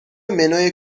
منوی